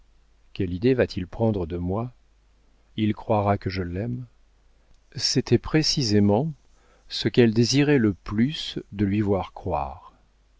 quelle idée va-t-il prendre de moi il croira que je l'aime c'était précisément ce qu'elle désirait le plus de lui voir croire